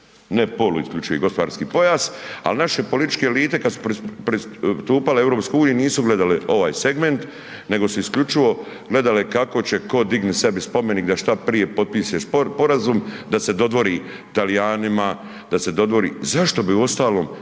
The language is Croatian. ne poluisključivi gospodarski pojas ali naše političke elite kad su pristupale EU-u, nisu gledale ovaj segment nego su isključivo gledale kako će tko dignut sebi spomenik da šta prije potpišu sporazum da se dodvori Talijanima, da se dodvori, zašto bi uostalom